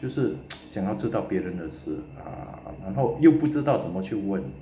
就是想要知道别人的事 err 然后又不知道怎么去问